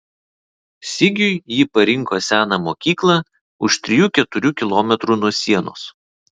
sigiui ji parinko seną mokyklą už trijų keturių kilometrų nuo sienos